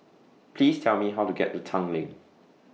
Please Tell Me How to get to Tanglin